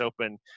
open